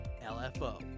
l-f-o